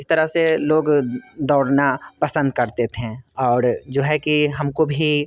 इस तरह से लोग दौड़ना पसंद करते थे और जो है कि हम को भी